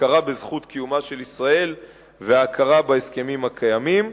הכרה בזכות קיומה של ישראל והכרה בהסכמים הקיימים.